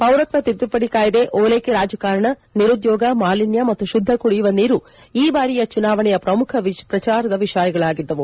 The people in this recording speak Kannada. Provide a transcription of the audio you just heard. ಪೌರತ್ವ ತಿದ್ದುಪಡಿ ಕಾಯಿದೆ ಒಲ್ಲೆಕೆ ರಾಜಕಾರಣ ನಿರುದ್ದೋಗ ಮಾಲಿನ್ನ ಮತ್ತು ಶುದ್ದ ಕುಡಿಯುವ ನೀರು ಈ ಬಾರಿಯ ಚುನಾವಣೆಯ ಪ್ರಮುಖ ಪ್ರಚಾರದ ವಿಷಯಗಳಾಗಿದ್ದವು